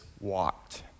walked